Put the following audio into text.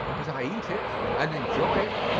but i eat it and enjoy it.